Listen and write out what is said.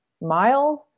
miles